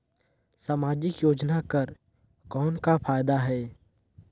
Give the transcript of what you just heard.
समाजिक योजना कर कौन का फायदा है?